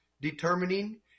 determining